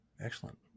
Excellent